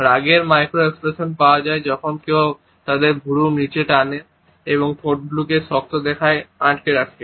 রাগের micro expression পাওয়া যায় যখন কেউ তাদের ভ্রু নিচে টানে এবং তাদের ঠোঁটকে শক্ত রেখায় আটকে রাখে